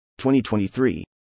2023